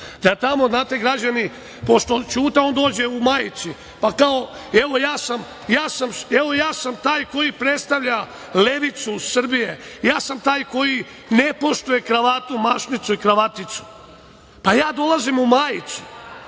objekat. Znate, građani, pošto Ćuta dođe u majici, pa kao – evo, ja sam taj koji predstavlja levicu Srbije, ja sam taj koji ne poštuje kravatu, mašnicu i kravaticu, pa ja dolazim u majici,